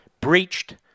breached